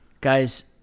guys